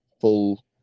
full